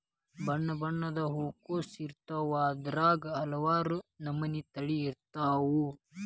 ಬಣ್ಣಬಣ್ಣದ ಹೂಕೋಸು ಇರ್ತಾವ ಅದ್ರಾಗ ಹಲವಾರ ನಮನಿ ತಳಿ ಇರ್ತಾವ